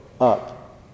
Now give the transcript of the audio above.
up